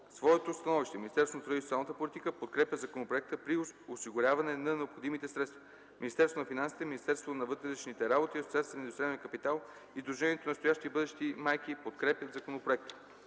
своето становище Министерството на труда и социалната политика подкрепя законопроекта при осигуряване на необходимите средства. Министерството на финансите, Министерството на вътрешните работи, Асоциацията на индустриалния капитал и Сдружението „Настоящи и бъдещи майки” подкрепят законопроекта.